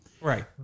Right